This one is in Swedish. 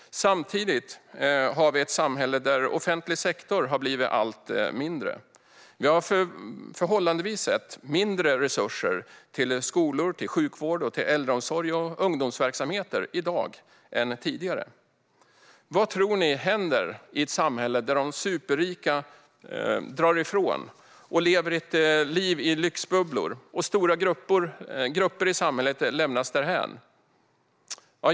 Samtidigt har vi ett samhälle där offentlig sektor har blivit allt mindre. Vi har förhållandevis mindre resurser till skolor, sjukvård, äldreomsorg och ungdomsverksamheter i dag än tidigare. Vad tror ni händer i ett samhälle där de superrika drar ifrån och lever ett liv i lyxbubblor medan stora grupper i samhället lämnas därhän?